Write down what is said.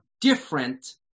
different